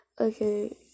Okay